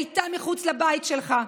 הייתה מחוץ לבית שלך,